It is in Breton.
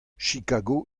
chicago